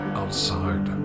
outside